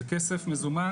זה כסף מזומן.